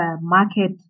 market